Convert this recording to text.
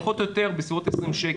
פחות או יותר בסביבות 20 שקל.